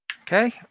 Okay